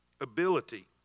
ability